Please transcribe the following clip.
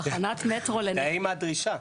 מזדהים עם הדרישה.